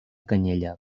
canyella